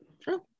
true